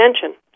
attention